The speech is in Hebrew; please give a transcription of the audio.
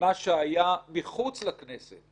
ממה שהיה מחוץ לכנסת.